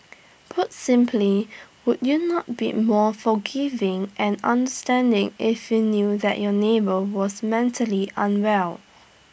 put simply would you not be more forgiving and understanding if you knew that your neighbour was mentally unwell